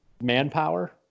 manpower